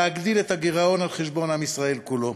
להגדיל את הגירעון על חשבון עם ישראל כולו.